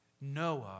Noah